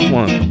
one